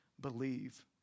believe